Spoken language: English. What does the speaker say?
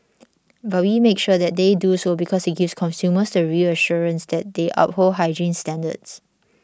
but we make sure that they do so because it gives consumers the reassurance that they uphold hygiene standards